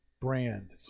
brand